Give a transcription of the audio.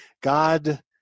God –